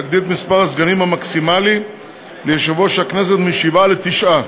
להגדיל את מספר הסגנים המקסימלי ליושב-ראש הכנסת משבעה לתשעה.